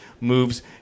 moves